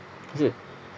is it